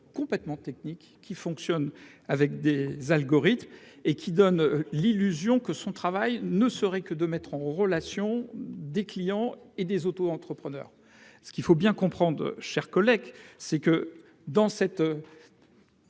complètement technique qui fonctionne avec des algorithmes et qui donne l'illusion que son travail ne serait que de mettre en relation des clients et des auto-entrepreneurs, ce qu'il faut bien comprendre, chers collègues, c'est que dans cette.